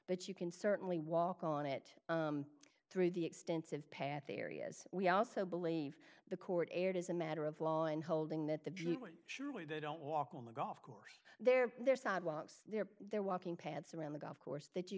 but you can certainly walk on it through the extensive path areas we also believe the court erred as a matter of law in holding that the surely they don't walk on the golf course there they're sidewalks there they're walking paths around the golf course that you